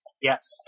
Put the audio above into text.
Yes